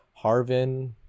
harvin